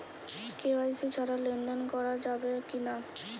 KYC ছাড়া লেনদেন করা যাবে কিনা?